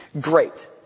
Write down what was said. Great